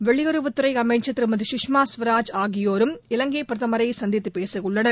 வெளியுறவுத் துறை அமைச்ச் திருமதி குஷ்மா குவராஜ் ஆகியோரும் இலங்கை பிரதமரை சந்தித்து பேச உள்ளனர்